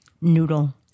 noodle